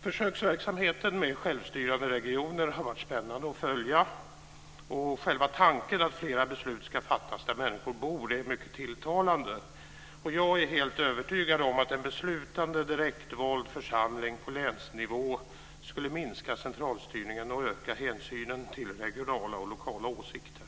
Försöksverksamheten med självstyrande regioner har varit spännande att följa. Själva tanken att fler beslut ska fattas där människor bor är mycket tilltalande. Jag är helt övertygad om att en beslutande direktvald församling på länsnivå skulle minska centralstyrningen och öka hänsynen till regionala och lokala åsikter.